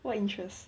what interest